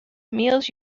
meals